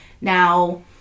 Now